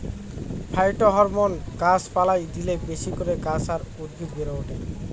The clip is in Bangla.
ফাইটোহরমোন গাছ পালায় দিলে বেশি করে গাছ আর উদ্ভিদ বেড়ে ওঠে